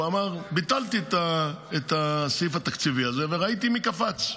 הוא אמר: ביטלתי את הסעיף התקציבי הזה וראיתי מי קפץ.